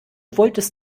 wolltest